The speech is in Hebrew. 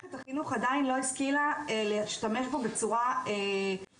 שמערכת החינוך עדיין לא השכילה להשתמש בו בצורה מושכלת,